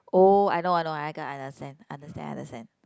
oh I know I know I got I understand understand understand